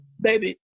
baby